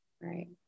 Right